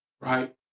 Right